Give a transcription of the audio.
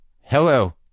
hello